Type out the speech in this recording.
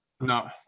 No